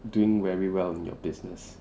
doing very well in your business